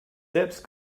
selbst